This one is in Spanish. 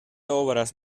obras